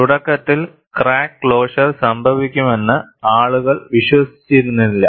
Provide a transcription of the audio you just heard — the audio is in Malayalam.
തുടക്കത്തിൽ ക്രാക്ക് ക്ലോഷർ സംഭവിക്കുമെന്ന് ആളുകൾ വിശ്വസിച്ചിരുന്നില്ല